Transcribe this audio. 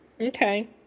Okay